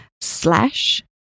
slash